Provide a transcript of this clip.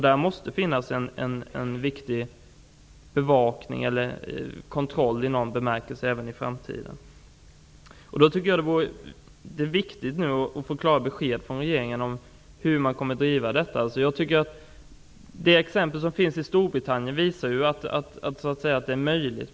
Det måste även i framtiden finnas en riktig bevakning eller kontroll i någon bemärkelse. Det är nu viktigt att få klara besked från regeringen om hur detta kommer att drivas. Exemplet från Storbritannien visar att det är möjligt.